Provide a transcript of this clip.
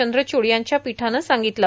चंद्रचूड यांच्या पीठानं सांगितलं